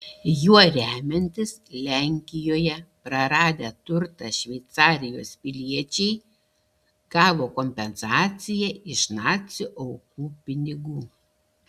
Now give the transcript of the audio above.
juo remiantis lenkijoje praradę turtą šveicarijos piliečiai gavo kompensaciją iš nacių aukų pinigų